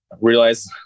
Realize